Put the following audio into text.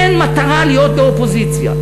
אין מטרה להיות באופוזיציה.